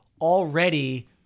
already